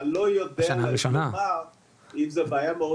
אבל לא יודע לומר אם זו בעיה מאוד